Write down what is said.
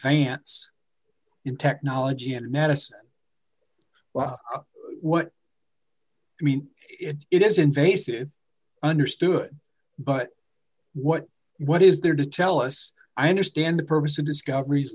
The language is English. advance in technology and medicine well what i mean it is invasive understood but what what is there to tell us i understand the purpose of discoveries